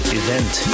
event